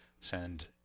send